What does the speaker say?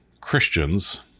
Christians